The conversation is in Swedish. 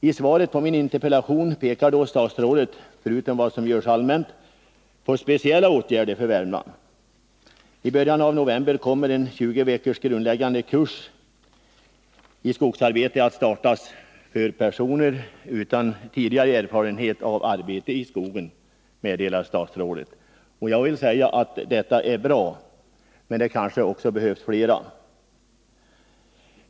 I svaret på min interpellation pekar statsrådet — förutom på det som görs allmänt — på speciella åtgärder för Värmland. I början av november kommer en 20 veckors grundläggande kurs i skogsarbete att startas för personer utan tidigare erfarenhet av arbete i skogen, meddelar statsrådet. Jag vill säga att det är bra, men att det kanske också behövs fler åtgärder.